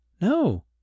No